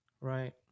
right